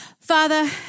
Father